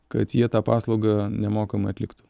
kad jie tą paslaugą nemokamai atliktų